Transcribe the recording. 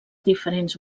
diferents